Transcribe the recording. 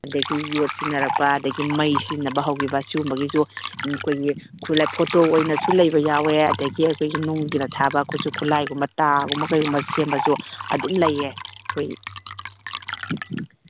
ꯑꯗꯨꯗꯩꯒꯤ ꯌꯣꯠ ꯁꯤꯖꯤꯅꯔꯛꯄ ꯑꯗꯨꯗꯩꯒꯤ ꯃꯩ ꯁꯤꯖꯤꯟꯅꯕ ꯍꯧꯈꯤꯕ ꯁꯤꯒꯨꯝꯕꯒꯤꯁꯨ ꯑꯩꯈꯣꯏꯒꯤ ꯈꯨꯠꯂꯥꯏ ꯐꯣꯇꯣ ꯑꯣꯏꯅꯁꯨ ꯂꯩꯕ ꯌꯥꯎꯋꯦ ꯑꯗꯨꯗꯩꯒꯤ ꯑꯩꯈꯣꯏꯒꯤ ꯅꯨꯡꯒꯤꯅ ꯁꯥꯕ ꯈꯨꯠꯁꯨ ꯈꯨꯠꯂꯥꯏꯒꯨꯝꯕ ꯇꯥꯒꯨꯝꯕ ꯀꯩꯒꯨꯝꯕ ꯁꯦꯝꯕꯁꯨ ꯑꯗꯨꯝ ꯂꯩꯌꯦ ꯑꯩꯈꯣꯏꯒꯤ